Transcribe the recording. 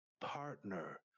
partner